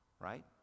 right